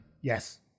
Yes